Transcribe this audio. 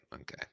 Okay